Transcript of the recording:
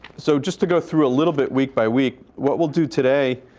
so just to go through a little bit week by week, what we'll do today,